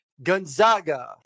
Gonzaga